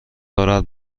دارد